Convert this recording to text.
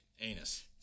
Anus